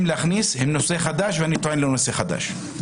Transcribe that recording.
להכניס הם נושא חדש ואני טוען לנושא חדש.